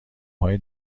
های